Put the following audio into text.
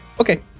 Okay